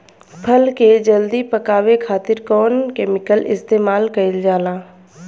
फल के जल्दी पकावे खातिर कौन केमिकल इस्तेमाल कईल जाला?